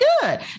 good